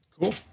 Cool